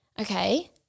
okay